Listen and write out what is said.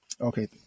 okay